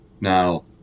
Now